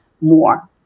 more